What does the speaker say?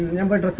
number